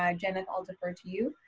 ah jenith i'll defer to you.